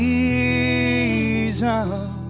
Jesus